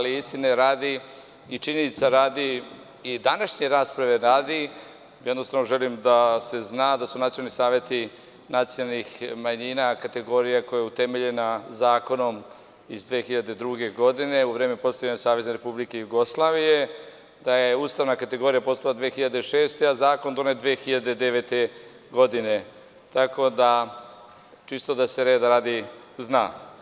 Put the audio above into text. Istine radi i činjenica radi i današnje rasprave radi jednostavno želim da se zna da su nacionalni saveti nacionalnih manjina kategorija koja je utemeljena zakonom iz 2002. godine, u vreme postojanja SRJ, da je ustavna kategorija postala 2006. godine, a zakon donet 2009. godine, čisto da se reda radi zna.